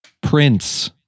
Prince